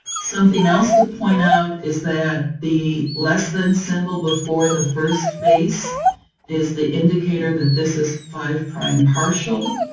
something else to point out is that the less-than symbol before the first base is the indicator that this is five prime partial,